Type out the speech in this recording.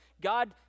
God